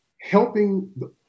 Helping